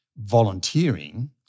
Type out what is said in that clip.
volunteering